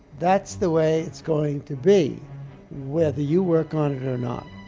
that's the way it's going to be whether you work on it or not,